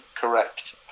correct